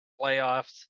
playoffs